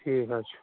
ٹھیٖک حظ چھُ